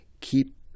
keep